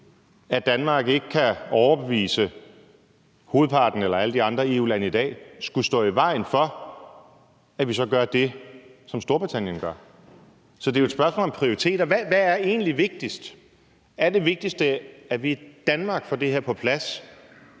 at Danmark ikke kan overbevise alle de andre EU-lande i dag, skulle stå i vejen for, at vi så gør det samme, som Storbritannien gør. Så det er jo et spørgsmål om prioriteter, og hvad der egentlig er det vigtigste. Er det vigtigste, at vi i Danmark får det her på plads,